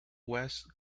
west